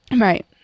Right